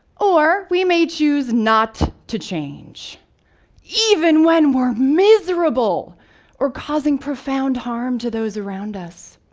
or, we may choose not to change even when we are miserable or causing profound harm to those around us.